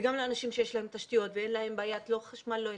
וגם אנשים שיש להם תשתיות ושאין להם בעיות של חשמל או אינטרנט.